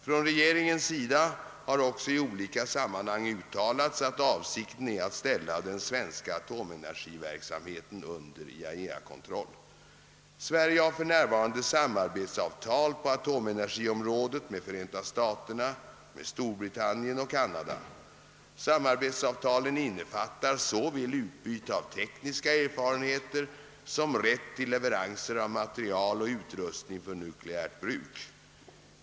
Från regeringens sida har också i olika sammanhag uttalats att avsikten är att ställa den svenska atomenergiverksamheten under IAEA-kontroll. Sverige har för närvarande samarbetsavtal på atomenergiområdet med Förenta staterna, Storbritannien och Kanada. Samarbetsavtalen innefattar såväl utbyte av tekniska erfarenheter som rätt till leveranser av material och utrustning för nukleärt bruk.